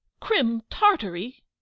Crim-Tartary